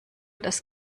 das